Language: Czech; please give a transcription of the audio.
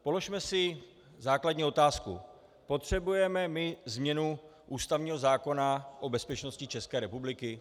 Položme si základní otázku: Potřebujeme změnu ústavního zákona o bezpečnosti České republiky?